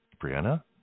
Brianna